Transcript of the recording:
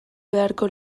beharko